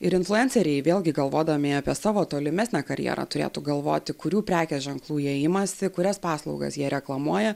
ir influenceriai vėlgi galvodami apie savo tolimesnę karjerą turėtų galvoti kurių prekės ženklų įėjimas į kurias paslaugas jie reklamuoja